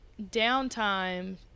downtime